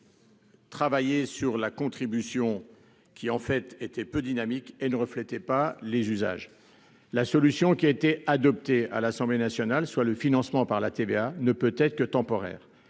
travailler sur une contribution qui était peu dynamique et ne reflétait plus les usages. La solution adoptée à l'Assemblée nationale, soit le financement par la TVA, ne peut être que temporaire.